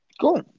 Cool